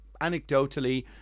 anecdotally